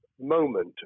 moment